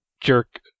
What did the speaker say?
jerk